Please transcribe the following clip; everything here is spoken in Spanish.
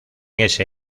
ese